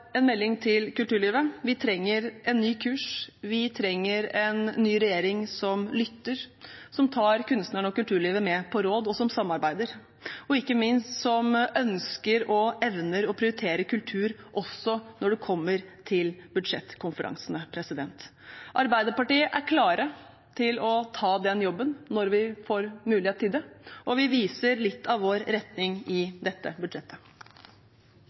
en melding til kulturlivet: Vi trenger en ny kurs. Vi trenger en ny regjering, som lytter, som tar kunstnerne og kulturlivet med på råd, som samarbeider, og som ikke minst ønsker og evner å prioritere kultur også når det kommer til budsjettkonferansene. Arbeiderpartiet er klar til å ta den jobben når vi får mulighet til det, og vi viser litt av vår retning i dette budsjettet.